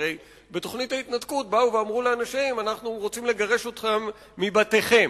הרי בתוכנית ההתנתקות באו ואמרו לאנשים: אנחנו רוצים לגרש אתכם מבתיכם